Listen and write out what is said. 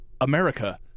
America